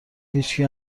هیچکی